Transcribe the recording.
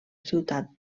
ciutat